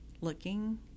looking